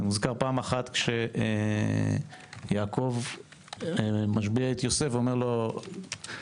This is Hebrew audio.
פעם אחת כשיעקב משביע את יוסף לקבור